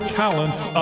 talents